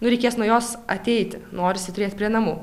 nu reikės nuo jos ateiti norisi turėt prie namų